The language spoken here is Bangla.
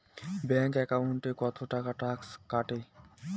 ব্যাংক একাউন্টত কতো টাকা ট্যাক্স কাটে?